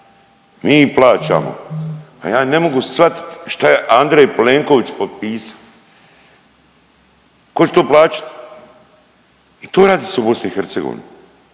im plaćamo. Al ja ne mogu shvatit što je Andrej Plenković potpisa, tko će to plaćat? I to radi se u BiH. I ona,